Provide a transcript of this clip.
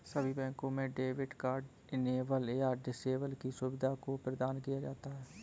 सभी बैंकों में डेबिट कार्ड इनेबल या डिसेबल की सुविधा को प्रदान किया जाता है